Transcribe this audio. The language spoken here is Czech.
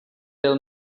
byl